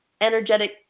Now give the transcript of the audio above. energetic